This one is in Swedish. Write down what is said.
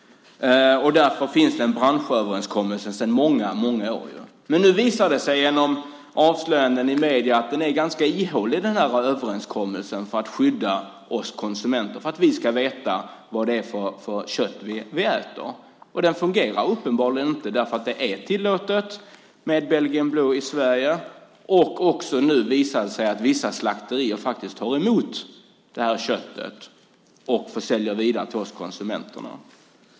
Därför finns det en branschöverenskommelse sedan många år. Men nu visar det sig genom avslöjanden i medierna att den här överenskommelsen för att skydda oss konsumenter, för att vi ska veta vad det är för kött vi äter, är ganska ihålig. Den fungerar uppenbarligen inte därför att det är tillåtet med belgisk blå i Sverige. Nu visar det sig också att vissa slakterier faktiskt tar emot det här köttet och säljer det vidare till oss konsumenter.